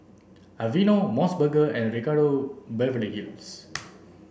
Aveeno MOS burger and Ricardo Beverly Hills